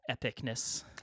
epicness